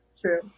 True